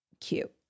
cute